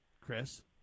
Chris